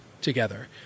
together